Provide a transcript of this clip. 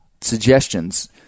suggestions